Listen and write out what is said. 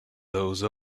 those